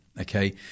Okay